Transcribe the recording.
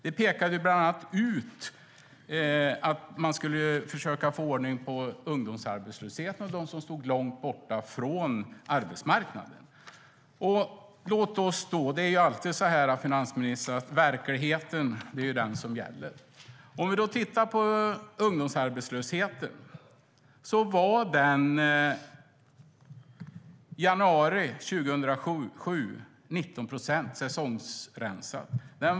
Ni pekade bland annat ut att man skulle försöka få ordning på ungdomsarbetslösheten och problemet med dem som stod långt bort från arbetsmarknaden. Det är alltid så, finansministern, att det är verkligheten som gäller. Vi kan då titta på ungdomsarbetslösheten. I januari 2007 var den 19 procent, säsongsrensad.